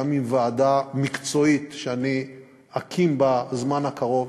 עם ועדה מקצועית שאני אקים בזמן הקרוב,